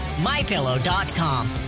MyPillow.com